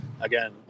again